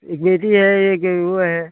एक बेटी है एक वो है